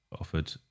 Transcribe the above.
offered